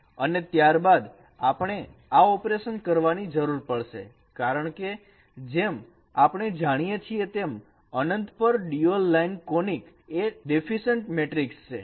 અને ત્યારબાદ આપણે આ ઓપરેશન કરવાની જરૂર પડશે કારણકે જેમ આપણે જાણીએ છીએ તેમ અનંત પર ડ્યુઅલ લાઈન કોનીક એ ડેફિસન્ટ મેટ્રિકસ છે